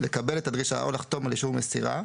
לקבל את הדרישה או לחתום על אישור מסירה,